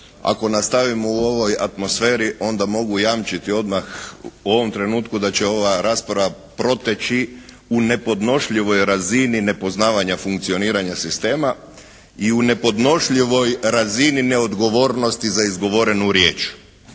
Ako nastavimo u ovoj atmosferi onda mogu jamčiti odmah u ovom trenutku da će ova rasprava proteći u nepodnošljivoj razini nepoznavanja funkcioniranja sistema i u nepodnošljivoj razini neodgovornosti za izgovorenu riječ.